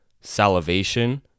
salivation